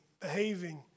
behaving